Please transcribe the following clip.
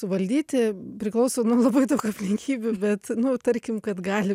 suvaldyti priklauso nuo labai daug aplinkybių bet nu tarkim kad gali